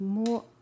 more